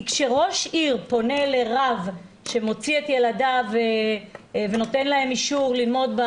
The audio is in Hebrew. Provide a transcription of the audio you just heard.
כי כשראש עיר פונה לרב שמוציא את ילדיו ונותן להם אישור ללמוד,